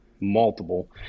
multiple